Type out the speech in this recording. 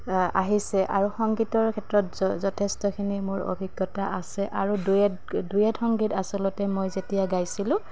আহিছে আৰু সংগীতৰ ক্ষেত্ৰত যথেষ্টখিনি মোৰ অভিজ্ঞতা আছে আৰু ডুৱেট সংগীত আচলতে মই যেতিয়া গাইছিলোঁ